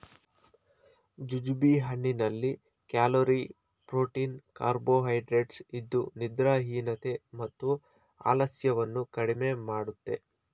jujube ಹಣ್ಣಿನಲ್ಲಿ calorie, protein carbohydrates ಇದ್ದು ನಿದ್ರಾಹೀನತೆ ಮತ್ತು ಆಲಸ್ಯವನ್ನು ಕಡಿಮೆ ಮಾಡುತ್ತೆ